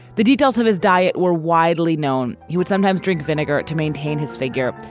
the details of his diet were widely known. he would sometimes drink vinegar to maintain his figure.